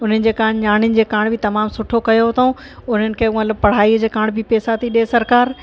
उन्हनि जे कारणि नियाणियुनि जे कारणि बि तमामु सुठो कयो अथऊं उन्हनि खे मतिलबु पढ़ाई जे कारणि बि पैसा थी ॾिए सरकारि